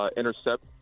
intercept